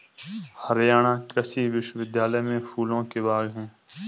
हरियाणा कृषि विश्वविद्यालय में फूलों के बाग हैं